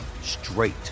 straight